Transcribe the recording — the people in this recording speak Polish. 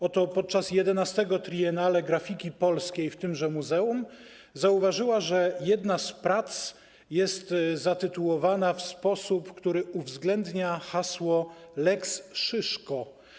Oto podczas 11. Triennale Grafiki Polskiej w tymże muzeum zauważyła, że jedna z prac jest zatytułowana w sposób, który uwzględnia hasło: lex Szyszko.